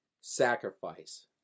sacrifice